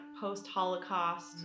post-Holocaust